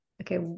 okay